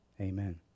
Amen